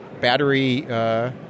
battery